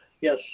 Yes